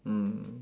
mm